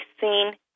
seen